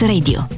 Radio